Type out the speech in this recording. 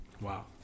Wow